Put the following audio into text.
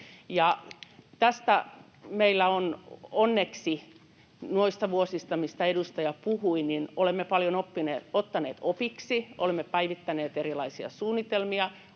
tehdä rajoilla. Ja onneksi noista vuosista, mistä edustaja puhui, olemme paljon ottaneet opiksi. Olemme päivittäneet erilaisia suunnitelmia,